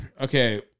Okay